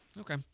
Okay